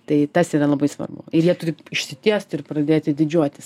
tai tas yra labai svarbu ir jie turi išsitiest ir pradėti didžiuotis